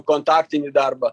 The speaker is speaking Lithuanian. kontaktinį darbą